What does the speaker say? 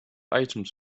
items